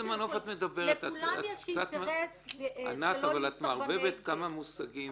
לכולם יש אינטרס שלא יהיו סרבני גט.